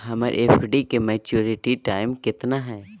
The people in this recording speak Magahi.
हमर एफ.डी के मैच्यूरिटी टाइम कितना है?